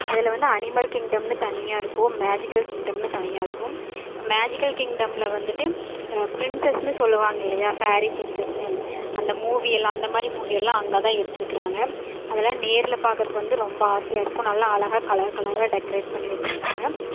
அதில் வந்து அனிமல் கிங்டம்னு தனியாக இருக்கும் மேஜிக்கல் கிங்டம்னு தனியாக இருக்கும் இப்போ மேஜிக்கல் கிங்டமில் வந்துட்டு பிரின்சஸ்னு சொல்லுவாங்க இல்லையா ஃபேரி பிரின்சஸ்னு அந்த மூவி எல்லாம் அந்த மாதிரி மூவி எல்லாம் அங்கேதான் எடுத்துருக்கிறாங்க அதெல்லாம் நேரில் பார்க்குறப்ப வந்து ரொம்ப ஆசையாக இருக்கும் நல்லா அழகா கலர் கலராக டெக்கரேட் பண்ணி வெச்சுருப்பாங்க